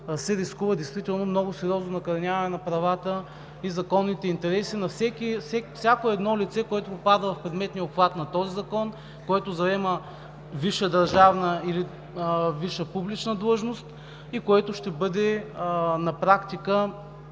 действително много сериозно накърняване на правата и законните интереси на всяко едно лице, което попада в предметния обхват на този закон, който заема висша държавна или висша публична длъжност, и който ще бъде на практика